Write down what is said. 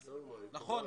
נכון,